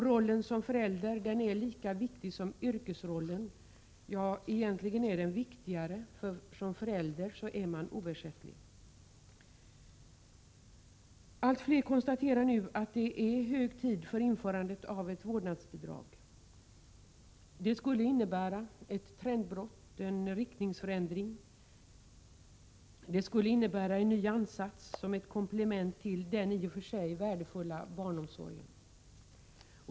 Rollen som förälder är lika viktig som yrkesrollen, ja, egentligen viktigare, för som förälder är man oersättlig. Allt fler konstaterar nu att det är hög tid för införande av ett vårdnadsbidrag. Det skulle innebära ett trendbrott, en riktningsförändring, en ny ansats som ett komplement till den i och för sig värdefulla barnomsorgen.